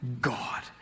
God